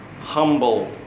humble